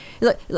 look